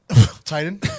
titan